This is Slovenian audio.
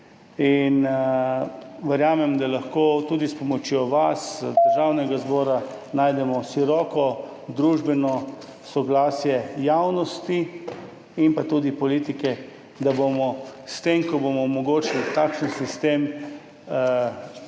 in verjamem, da lahko tudi s pomočjo vas, državnega zbora, najdemo široko družbeno soglasje javnosti in tudi politike, da bomo s tem, ko bomo omogočili takšen sistem,